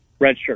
redshirt